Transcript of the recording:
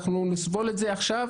אנחנו נסבול את זה עכשיו,